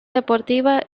deportiva